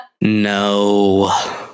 No